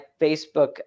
Facebook